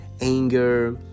anger